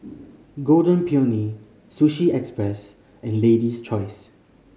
Golden Peony Sushi Express and Lady's Choice